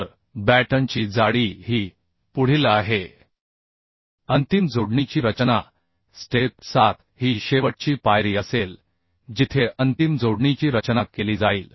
तर बॅटनची जाडी ही पुढील आहे अंतिम जोडणीची रचना स्टेप 7 ही शेवटची पायरी असेल जिथे अंतिम जोडणीची रचना केली जाईल